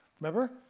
Remember